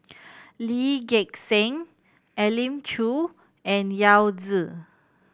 Lee Gek Seng Elim Chew and Yao Zi